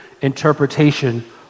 interpretation